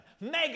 Mega